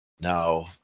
now